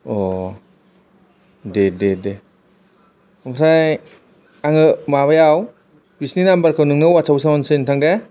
दे दे दे ओमफ्राय आङो माबायाव बिसोरनि नाम्बार खौ नोंनो अवादसाबाव सोनानै हरनोसै नोंथां दे